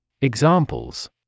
Examples